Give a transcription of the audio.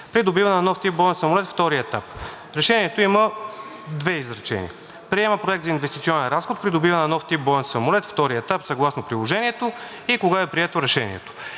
„Придобиване на нов тип боен самолет“ – втори етап. Проекторешението има две изречения: „Приема Проект за инвестиционен разход „Придобиване на нов тип боен самолет“ – втори етап, съгласно приложението“ и кога е прието Решението.